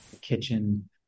kitchen